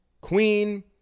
Queen